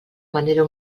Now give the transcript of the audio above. manera